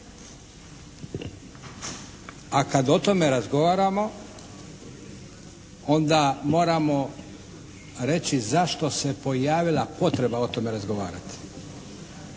A kad o tome razgovaramo onda moramo reći zašto se pojavila potreba o tome razgovarati.